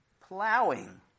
plowing